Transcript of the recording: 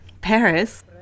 Paris